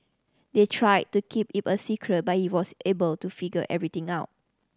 they tried to keep a secret but he was able to figure everything out